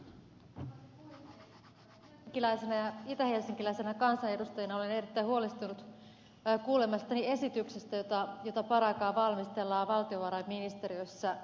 helsinkiläisenä ja itähelsinkiläisenä kansanedustajana olen erittäin huolestunut kuulemastani esityksestä jota paraikaa valmistellaan valtiovarainministeriössä